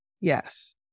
Yes